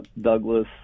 Douglas